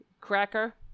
cracker